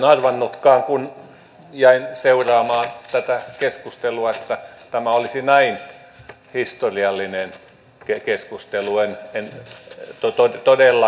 en arvannutkaan kun jäin seuraamaan tätä keskustelua että tämä olisi näin historiallinen keskustelu en todellakaan